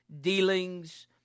dealings